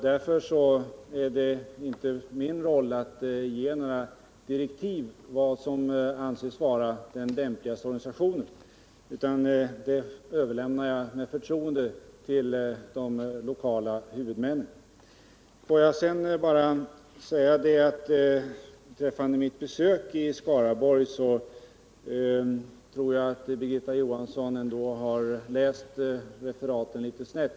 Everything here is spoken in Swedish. Därför är det inte min uppgift att ge några direktiv om vad som skallanses vara den lämpligaste organisationen, utan det överlämnar jag med förtroende till de lokala huvudmännen. Vad gäller mitt besök i Skaraborgs län tror jag att Birgitta Johansson har uppfattat referaten litet snett.